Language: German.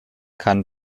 kann